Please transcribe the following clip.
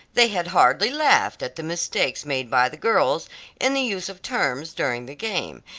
they had hardly laughed at the mistakes made by the girls in the use of terms during the game,